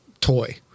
toy